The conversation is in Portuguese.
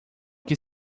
que